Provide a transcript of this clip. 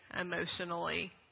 emotionally